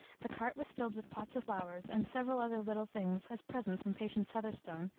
the cart was filled with pots of flowers, and several, other little things as presents from patience heatherstone,